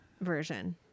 version